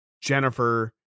Jennifer